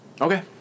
Okay